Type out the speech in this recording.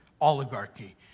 oligarchy